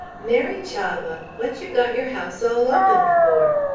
mary chavah! what you got your house all open for?